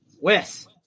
Wes